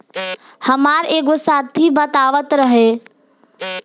हामार एगो साथी बतावत रहे